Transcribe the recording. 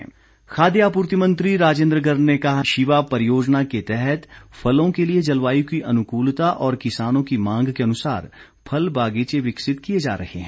राजेन्द्र गर्ग खाद्य आपूर्ति मंत्री राजेन्द्र गर्ग ने कहा है कि शिवा परियोजना के तहत फलों के लिए जलवाय की अनुकूलता और किसानों की मांग के अनुसार फल बागीचे विकसित किए जा रहे हैं